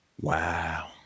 Wow